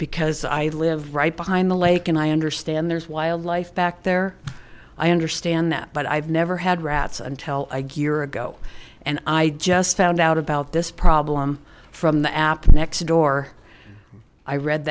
because i live right behind the lake and i understand there's wildlife back there i understand that but i've never had rats until i get your ago and i just found out about this problem from the apt the next door i read